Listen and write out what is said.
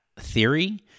Theory